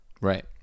right